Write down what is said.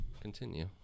Continue